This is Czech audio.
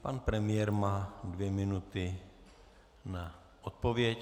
Pan premiér má dvě minuty na odpověď.